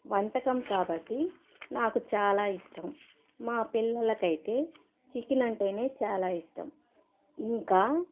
వంటకం కాబట్టి నాకు చాలా ఇష్టం మా పిల్లలకైతే చికెన్ అంటేనే చాలా ఇష్టం ఇంకా